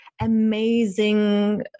amazing